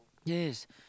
yes